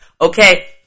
Okay